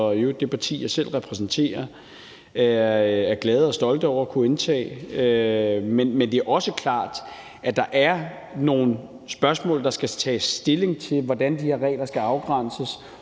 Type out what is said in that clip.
og det parti, jeg repræsenterer, i øvrigt er glade og stolte over at kunne indtage. Men det er også klart, at der er nogle spørgsmål, der skal tages stilling til, i forhold til hvordan de her regler skal afgrænses,